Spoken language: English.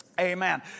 Amen